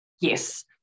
Yes